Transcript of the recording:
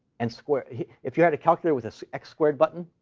and square if you had a calculator with an x-squared button,